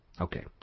Okay